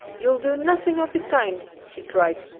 you'll do nothing of the kind! she cried.